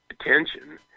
attention